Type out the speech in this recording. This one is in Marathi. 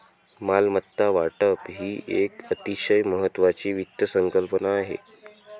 मालमत्ता वाटप ही एक अतिशय महत्वाची वित्त संकल्पना आहे